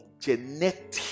genetic